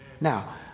Now